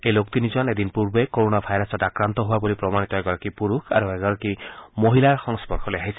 এই লোক তিনিজন এদিন পূৰ্বে কৰণা ভাইৰাছত আক্ৰান্ত হোৱা বুলি প্ৰমাণিত এগৰাকী পুৰুষ আৰু এগাৰকী মহিলাৰ সংস্পৰ্শলৈ আহিছিল